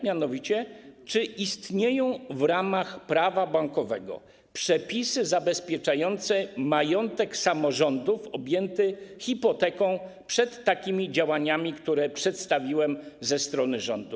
Mianowicie czy istnieją w ramach Prawa bankowego przepisy zabezpieczające majątek samorządów objęty hipoteką przed takimi działaniami, które przedstawiłem, ze strony rządu?